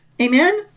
amen